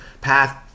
path